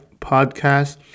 Podcast